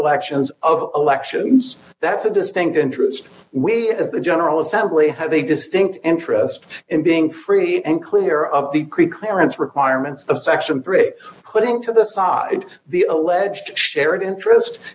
elections of elections that's a distinct interest we as the general assembly have a distinct interest in being free and clear up the creek clearance requirements of section break putting to the side the alleged shared interest